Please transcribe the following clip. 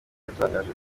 yatangaje